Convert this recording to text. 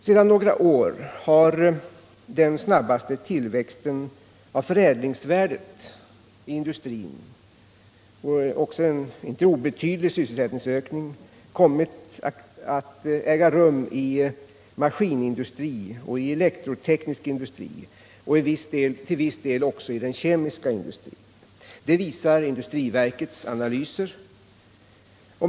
Sedan några år har den snabbaste tillväxten av förädlingsvärdet i industrin och också en icke obetydlig sysselsättningsökning kommit att äga rum i maskinindustri och elektroteknisk industri samt till viss del i den kemiska industrin. Det visar industriverkets analyser.